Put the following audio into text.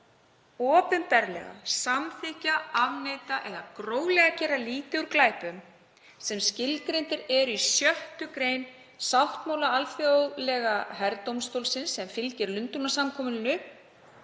opinberlega samþykkja, afneita, eða að gróflega gera lítið úr glæpum sem skilgreindir eru í 6. gr. sáttmála Alþjóðlega herdómstólsins sem fylgir Lundúnasamkomulaginu